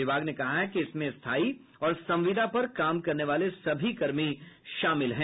विभाग ने कहा है कि इसमें स्थायी और संविदा पर काम करने वाले सभी कर्मी शामिल हैं